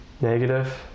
negative